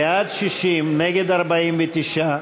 בעד, 60, נגד, 49,